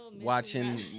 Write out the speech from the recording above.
watching